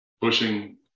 pushing